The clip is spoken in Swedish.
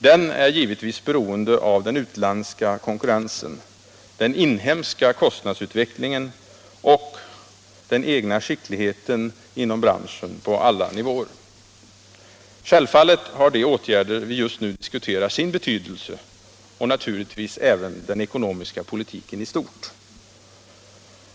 Den är ju beroende av den utländska konkurrensen, den inhemska kostnadsutvecklingen och den egna skickligheten inom branschen på alla nivåer. Självfallet har också de åtgärder som vi just nu diskuterar sin betydelse och naturligtvis även den ekonomiska politiken i stort.